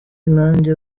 nanjye